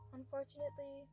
Unfortunately